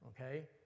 okay